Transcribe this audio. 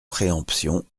préemption